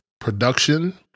production